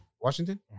Washington